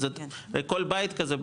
כל בית כזה,